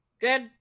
good